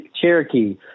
cherokee